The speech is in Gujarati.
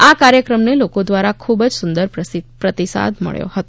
આ કાર્યક્રમને લોકો દ્વારા ખૂબ જ સુંદર પ્રતિસાદ મબ્યો હતો